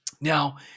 Now